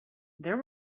there